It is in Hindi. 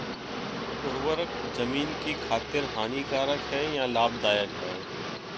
उर्वरक ज़मीन की खातिर हानिकारक है या लाभदायक है?